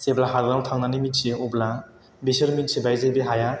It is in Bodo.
जेब्ला हादानाव थांनानै मिन्थियो अब्ला बिसोर मिन्थिबाय जे बे हाया